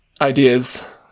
ideas